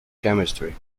chemistry